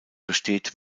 besteht